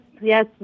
yes